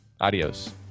Adios